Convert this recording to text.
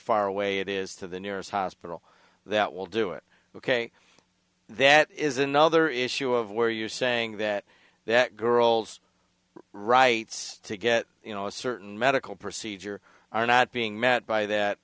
far away it is to the nearest hospital that will do it ok that is another issue of where you saying that that girl's rights to get you know a certain medical procedure are not being met by